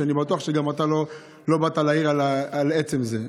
ואני בטוח שגם אתה לא באת להעיר על עצם זה.